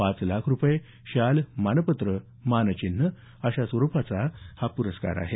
पाच लाख रुपये शाल मानपत्र मानचिन्ह अशा स्वरुपाचा हा पुरस्कार आहे